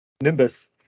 nimbus